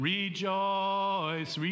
Rejoice